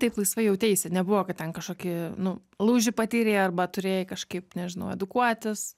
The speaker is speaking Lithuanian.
taip laisvai jauteisi nebuvo kad ten kažkokį nu lūžį patyrei arba turėjai kažkaip nežinau edukuotis